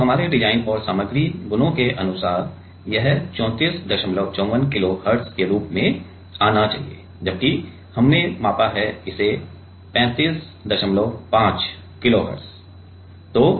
तो हमारे डिजाइन और सामग्री गुणों के अनुसार यह 3454 किलो हर्ट्ज के रूप में आना चाहिए जबकि हमने मापा है हमें 355 किलोहर्ट्ज़ मिला है